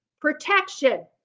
protection